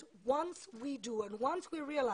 אם צה"ל היה נלחם בלי חמ"ל כדי שיחליט